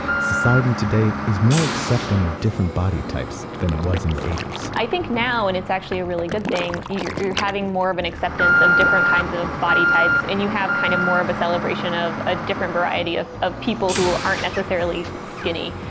society today is more accepting of different body types than it was in the eighty s. i think now, and it's actually a really good thing, you're you're having more of an acceptance of different kinds of body types, and you have kind of more of a celebration of a different variety of of people who aren't necessarily skinny,